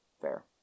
fair